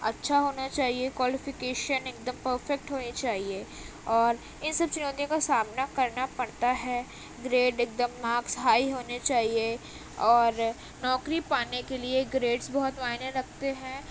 اچھا ہونا چاہیے کوالیفیکیشن ایک دم پرفیکٹ ہونی چاہیے اور ان سب چیزوں کا سامنا کرنا پڑتا ہے گریڈ ایک دم ماکس ہائی ہونے چاہیے اور نوکری پانے کے لیے گریڈس بہت معنی رکھتے ہیں